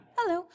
Hello